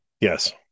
Yes